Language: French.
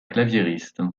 claviériste